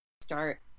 start